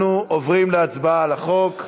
אנחנו עוברים להצבעה על החוק,